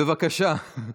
בבקשה.